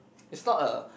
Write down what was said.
it's not a